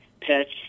pets